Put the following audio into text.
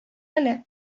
әле